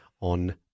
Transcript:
on